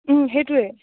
সেইটোৱেই